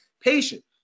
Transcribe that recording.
patient